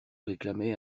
réclamait